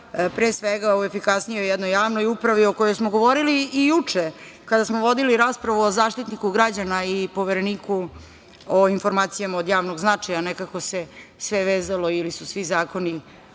pre svega u efikasnijoj jednoj javnoj upravi o kojoj smo govorili i juče, kada smo vodili raspravu o Zaštitniku građana i Povereniku o informacijama od javnog značaja. Nekako se sve vezalo ili su svi zakoni